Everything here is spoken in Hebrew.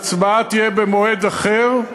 ההצבעה תהיה במועד אחר,